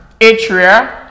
atria